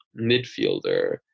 midfielder